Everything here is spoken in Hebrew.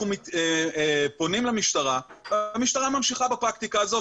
אנחנו פונים למשטרה והמשטרה ממשיכה בפרקטיקה הזאת,